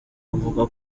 avuga